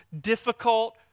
difficult